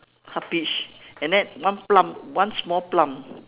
half peach and then one plum one small plum